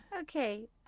Okay